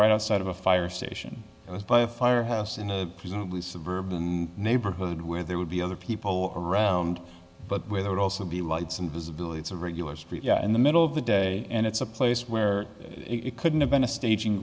right outside of a fire station by a firehouse in a presumably suburban neighborhood where there would be other people around but with would also be lights and visibility it's a regular street in the middle of the day and it's a place where it couldn't have been a staging